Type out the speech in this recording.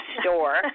store